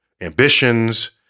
ambitions